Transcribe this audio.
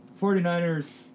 49ers